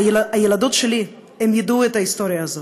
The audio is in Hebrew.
הילדות שלי, הן ידעו את ההיסטוריה הזאת.